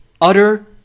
utter